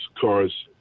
cars